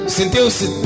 sentiu-se